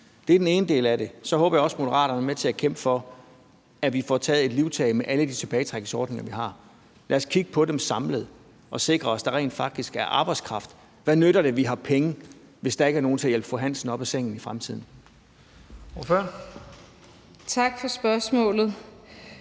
Det er den ene del af det. Så håber jeg også, Moderaterne vil være med til at kæmpe for, at vi får taget livtag med alle de tilbagetrækningsordninger, vi har. Lad os kigge på dem samlet og sikre os, at der rent faktisk er arbejdskraft. Hvad nytter det, at vi har penge, hvis der ikke er nogen til at hjælpe fru Hansen op af sengen i fremtiden?